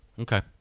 Okay